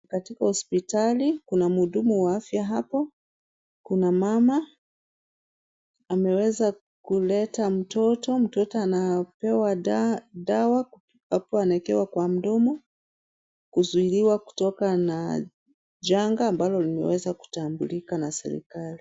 Katika hospitali, kuna mhudumu wa afya hapo. Kuna mama. Ameweza kuleta mtoto. Mtoto anapewa dawa ambapo anawekewa kwa mdomo, kuzuiliwa kutoka na janga ambalo limeweza kutambulika na serikali.